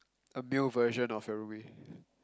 a male version of your roomie